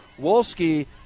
Wolski